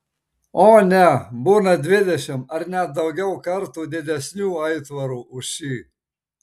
o ne būna dvidešimt ar net daugiau kartų didesnių aitvarų už šį